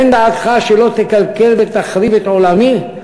תן דעתך שלא תקלקל ותחריב את עולמי,